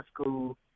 school